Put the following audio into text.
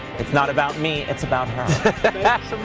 it's not about me. it's about that's